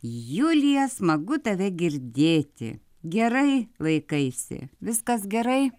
julija smagu tave girdėti gerai laikaisi viskas gerai